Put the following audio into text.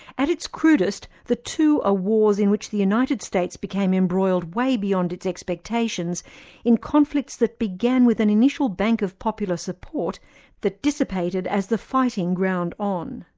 at its crudest, the two are ah wars in which the united states became embroiled way beyond its expectations in conflicts that began with an initial bank of popular support that dissipated as the fighting ground on.